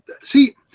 see